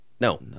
No